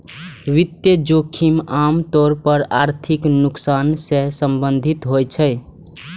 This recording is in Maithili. वित्तीय जोखिम आम तौर पर आर्थिक नुकसान सं संबंधित होइ छै